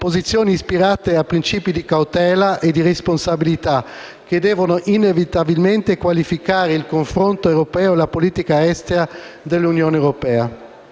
posizioni ispirate a princìpi di cautela e di responsabilità, che devono inevitabilmente qualificare il confronto europeo e la politica estera dell'Unione europea.